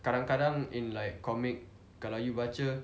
kadang-kadang in like comic kalau you baca